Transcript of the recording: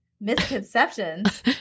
misconceptions